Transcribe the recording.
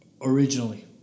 originally